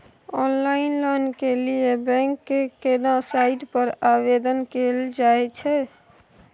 Online loan के लिए bank के केना साइट पर आवेदन कैल जाए छै?